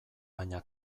baina